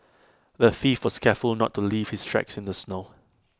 the thief was careful not to leave his tracks in the snow